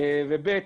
ב.